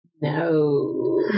No